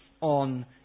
on